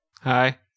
Hi